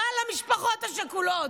רע למשפחות השכולות.